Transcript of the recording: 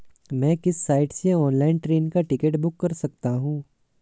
मैं किस साइट से ऑनलाइन ट्रेन का टिकट बुक कर सकता हूँ?